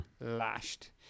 Lashed